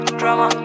drama